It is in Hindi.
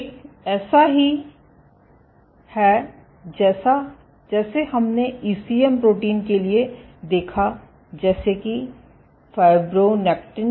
एक ऐसा ही है जैसे हमने ईसीएम प्रोटीन के लिए देखा जैसे के फाइब्रोनेक्टिन